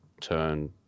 turn